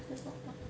still got what